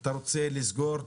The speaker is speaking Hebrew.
אתה רוצה לסגור,